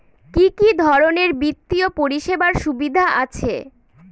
কি কি ধরনের বিত্তীয় পরিষেবার সুবিধা আছে?